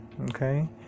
okay